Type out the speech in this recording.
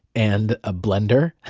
and a blender,